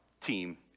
team